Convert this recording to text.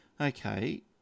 okay